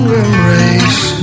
embrace